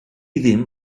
ddim